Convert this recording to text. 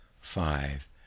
five